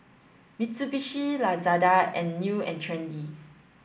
Mitsubishi Lazada and New and Trendy